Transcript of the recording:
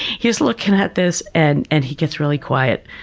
he's looking at this, and and he gets really quiet,